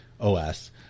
OS